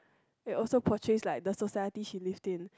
it also portrays like the society she lives in